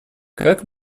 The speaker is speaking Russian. как